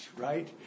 right